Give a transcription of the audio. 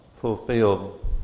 fulfilled